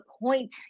point